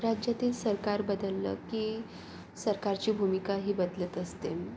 राज्यातील सरकार बदललं की सरकारची भूमिकाही बदलत असते